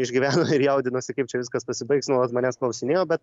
išgyveno ir jaudinosi kaip čia viskas pasibaigs nu vat manęs klausinėjo bet